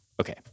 Okay